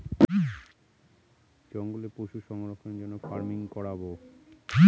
জঙ্গলে পশু সংরক্ষণের জন্য ফার্মিং করাবো